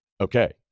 okay